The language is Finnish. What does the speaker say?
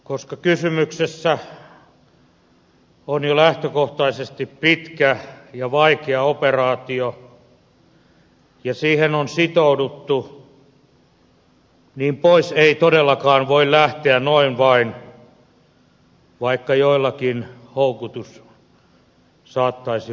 koska kysymyksessä on jo lähtökohtaisesti pitkä ja vaikea operaatio ja siihen on sitouduttu niin pois ei todellakaan voi lähteä noin vain vaikka joillakin houkutus saattaisi olla suuri